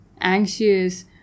anxious